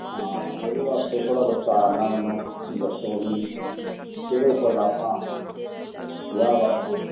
ਹਾਂ ਉਹਦੇ ਵਾਸਤੇ ਥੋੜਾ ਵਿਸਤਥਾਰ ਨਾਲ ਮੈਨੂੰ ਦੱਸੋ ਵੀ ਕਿਹੜੇ ਫੁੱਲ ਆਪਾਂ ਵਿਆਹ ਵਾਸਤੇ